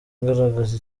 agaragaza